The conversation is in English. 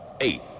eight